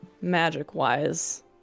magic-wise